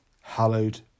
hallowed